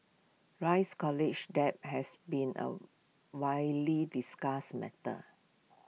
rise college debt has been A widely discussed matter